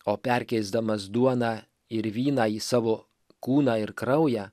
o perkeisdamas duoną ir vyną į savo kūną ir kraują